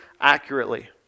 accurately